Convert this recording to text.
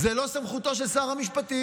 זו לא סמכותו של שר המשפטים.